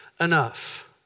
Enough